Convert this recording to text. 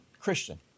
Christian